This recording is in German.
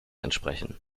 entsprechen